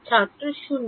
ছাত্র 0